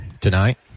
tonight